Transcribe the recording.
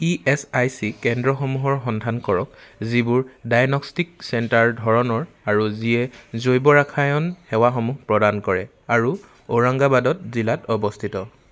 ESIC কেন্দ্ৰসমূহৰ সন্ধান কৰক যিবোৰ ডায়েগনষ্টিক চেণ্টাৰ ধৰণৰ আৰু যিয়ে জৈৱ ৰাসায়ন সেৱাসমূহ প্ৰদান কৰে আৰু ঔৰংগাবাদত জিলাত অৱস্থিত